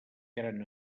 gran